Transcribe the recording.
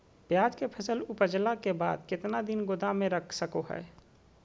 प्याज के फसल उपजला के बाद कितना दिन गोदाम में रख सको हय?